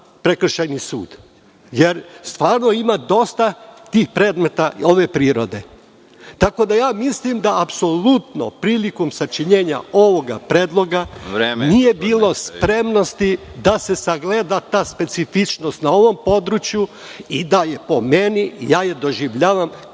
prekršajni sud, jer stvarno ima dosta tih predmeta ove prirode. Tako da, mislim da apsolutno prilikom sačinjenja ovog predloga nije bilo spremnosti da se sagleda ta specifičnost na ovom području i ja je doživljavam